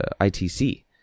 ITC